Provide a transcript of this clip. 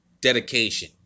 Dedication